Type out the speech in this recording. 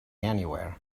anywhere